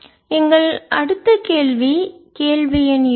இது எங்கள் அடுத்த கேள்வி கேள்வி எண் இரண்டு